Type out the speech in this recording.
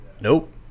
nope